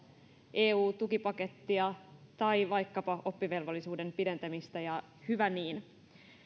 eu tukipakettia tai vaikkapa oppivelvollisuuden pidentämistä ja hyvä niin